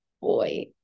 boy